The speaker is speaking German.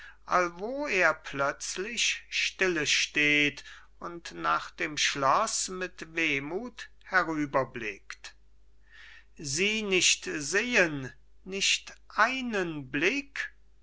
allwo er plötzlich stille steht und nach dem schloß mit wehmuth herüberblickt sie nicht sehen nicht einen blick